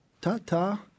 Ta-ta